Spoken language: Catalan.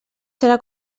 serà